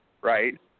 Right